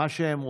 מה שהם רוצים.